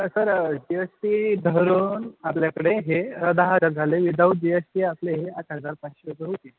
sir G S T धरून आपल्याकडे हे दहा हजार झाले विदाउट जी एस टी आपले हे आठ हजार पाचशे रुपये होतील